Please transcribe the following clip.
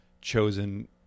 chosen